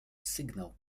sygnał